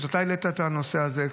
פשוט אתה העלית את הנושא הזה,